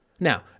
Now